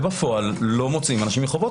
בפועל הם לא מוציאים אנשים מחובות,